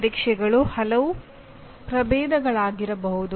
ಪರೀಕ್ಷೆಗಳು ಹಲವು ಪ್ರಭೇದಗಳಾಗಿರಬಹುದು